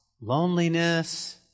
loneliness